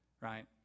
right